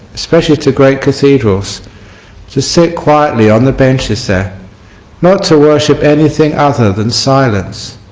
especially to great cathedrals to sit quietly on the benches there not to worship anything other than silence.